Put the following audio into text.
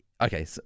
Okay